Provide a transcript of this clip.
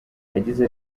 yagize